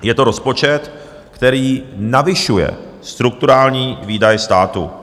Je to rozpočet, který navyšuje strukturální výdaje státu.